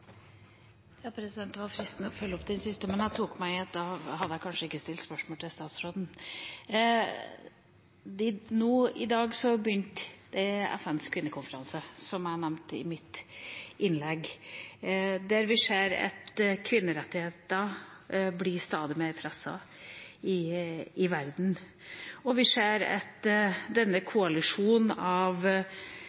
Det var fristende å følge opp det siste, men jeg tok meg i at da hadde jeg kanskje ikke stilt spørsmål til statsråden. Nå i dag begynte FNs kvinnekonferanse, som jeg nevnte i mitt innlegg, og vi ser at kvinnerettigheter blir stadig mer presset i verden. Vi ser at